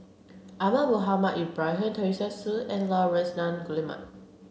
Ahmad Mohamed Ibrahim Teresa Hsu and Laurence Nunns Guillemard